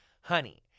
Honey